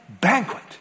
banquet